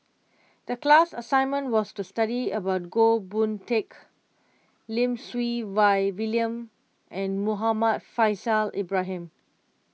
the class assignment was to study about Goh Boon Teck Lim Siew Wai William and Muhammad Faishal Ibrahim